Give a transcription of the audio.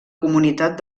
comunitat